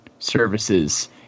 services